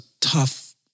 tough